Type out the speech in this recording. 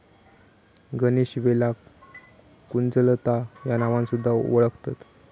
गणेशवेलाक कुंजलता ह्या नावान सुध्दा वोळखतत